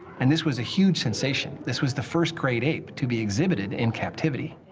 and this was a huge sensation. this was the first great ape to be exhibited in captivity.